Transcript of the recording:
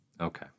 Okay